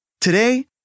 Today